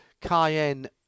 Cayenne